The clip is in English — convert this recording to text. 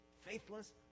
faithless